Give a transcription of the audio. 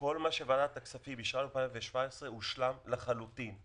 כל מה שוועדת הכספים אישרה ב-2017 הושלם לחלוטין.